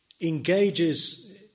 engages